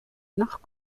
nach